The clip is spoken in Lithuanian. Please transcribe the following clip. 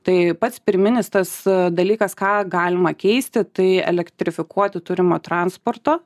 tai pats pirminis tas dalykas ką galima keisti tai elektrifikuoti turimo transporto